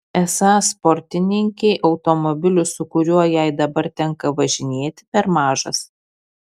esą sportininkei automobilis su kuriuo jai dabar tenka važinėti per mažas